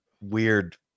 weird